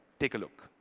take a look.